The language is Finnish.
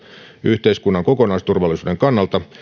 yhteiskunnan kokonaisturvallisuuden kannalta